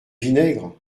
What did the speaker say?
vinaigre